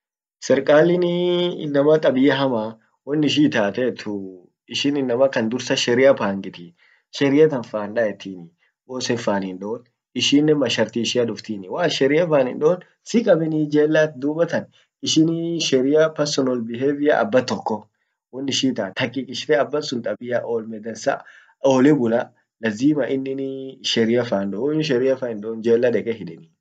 serkalin inama tabia hamaa won ishin itatet ishin inama kan amtan sheria pangitifi, sheria tan fan daa etini woisen faan hindein ishinnen masharti ishia faan dan waat sheria fan hin don sikabenii jellat dubatan sheria ak personal behaviour abbatokko won ishin itat hakikishite tabia olme dansa ole bulaa lazima inin sheria fan doo woinin sheria fan hindein jela deke hidenii